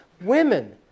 Women